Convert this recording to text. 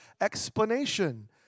explanation